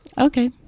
Okay